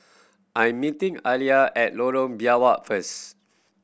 I'm meeting Alia at Lorong Biawak first